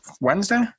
Wednesday